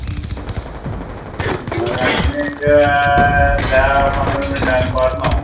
बरें आनीक धा पंदरा मिनटांनी पावतलों हांव